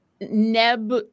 Neb